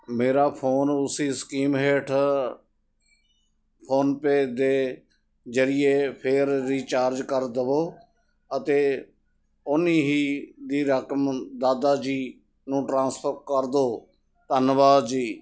ਮੇਰਾ ਫੋਨ ਉਸੀ ਸਕੀਮ ਹੇਠ ਫੋਨਪੇ ਦੇ ਜ਼ਰੀਏ ਫੇਰ ਰਿਚਾਰਜ ਕਰ ਦੇਵੋ ਅਤੇ ਓਨੀ ਹੀ ਦੀ ਰਕਮ ਦਾਦਾ ਜੀ ਨੂੰ ਟ੍ਰਾਂਸਫਰ ਕਰ ਦਿਓ ਧੰਨਵਾਦ ਜੀ